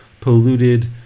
polluted